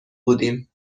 بودیم